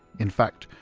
in fact,